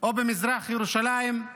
או במזרח ירושלים,